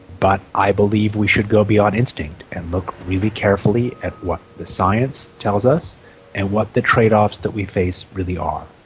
but i believe we should go beyond instinct and look really carefully at what the science tells us and what the trade-offs that we face really are.